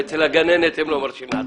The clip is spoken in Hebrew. ואצל הגננת הם לא מרשים לעצמם.